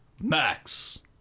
Max